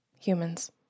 humans